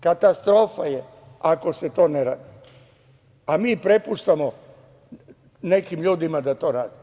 Katastrofa je ako se to ne radi, a mi prepuštamo nekim ljudima da to rade.